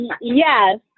Yes